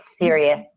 serious